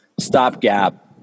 stopgap